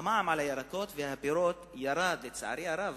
המע"מ על הירקות והפירות ירד, לצערי הרב.